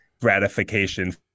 gratification